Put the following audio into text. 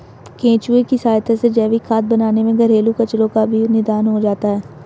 केंचुए की सहायता से जैविक खाद बनाने में घरेलू कचरो का भी निदान हो जाता है